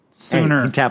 Sooner